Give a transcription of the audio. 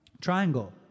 Triangle